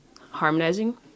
harmonizing